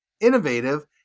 innovative